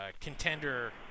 contender